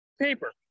paper